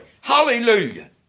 Hallelujah